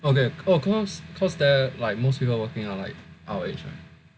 oh cause cause there like most people working are like our age ah